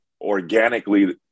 organically